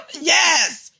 Yes